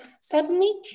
submit